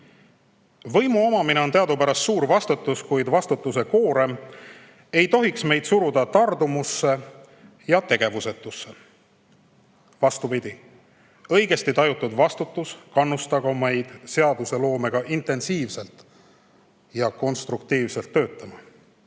59.Võimu omamine on teadupärast suur vastutus, kuid vastutuse koorem ei tohiks meid suruda tardumusse ja tegevusetusse. Vastupidi, õigesti tajutud vastutus kannustagu meid seadusloomega intensiivselt ja konstruktiivselt töötama.